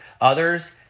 others